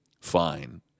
fine